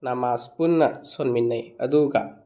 ꯅꯃꯥꯖ ꯄꯨꯟꯅ ꯁꯣꯟꯃꯤꯟꯅꯩ ꯑꯗꯨꯒ